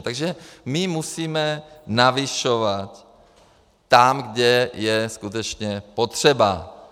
Takže my musíme navyšovat tam, kde je skutečně potřeba.